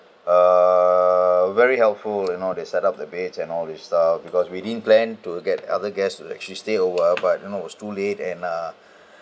err very helpful you know they set up the beds and all the stuff because we didn't plan to get other guests would actually stay over but you know it was too late and uh